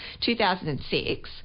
2006